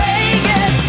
Vegas